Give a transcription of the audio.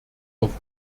auf